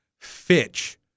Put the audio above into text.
Fitch